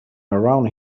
around